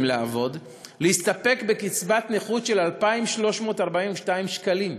לעבוד להסתפק בקצבת נכות של 2,342 שקלים.